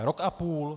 Rok a půl.